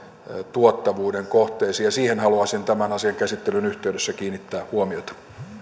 tuottavuuden kohteisiin siihen haluaisin tämän asian käsittelyn yhteydessä kiinnittää huomiota